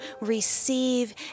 receive